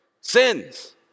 sins